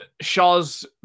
Shaw's